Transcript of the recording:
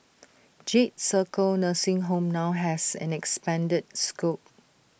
jade circle nursing home now has an expanded scope